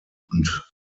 und